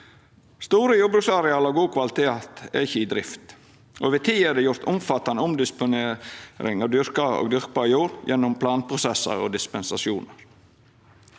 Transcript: Store jordbruksareal av god kvalitet er ikkje i drift. Over tid er det gjort omfattande omdisponering av dyrka og dyrkbar jord gjennom planprosessar og dispensasjonar.